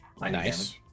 Nice